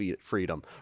freedom